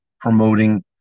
promoting